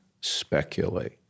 speculate